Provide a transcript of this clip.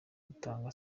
gutanga